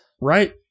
Right